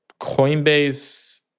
Coinbase